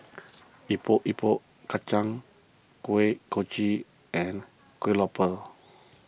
Epok Epok Kentang Kuih Kochi and Kueh Lopes